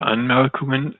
anmerkungen